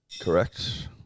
Correct